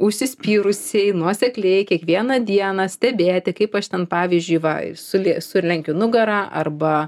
užsispyrusiai nuosekliai kiekvieną dieną stebėti kaip aš ten pavyzdžiui va suli sulenkiu nugarą arba